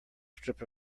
strip